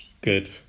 good